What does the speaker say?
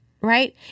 right